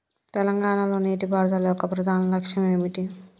తెలంగాణ లో నీటిపారుదల యొక్క ప్రధాన లక్ష్యం ఏమిటి?